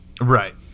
Right